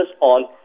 on